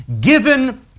given